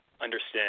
understand